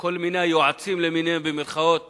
וכל מיני יועצים למיניהם, במירכאות